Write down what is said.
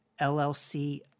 LLC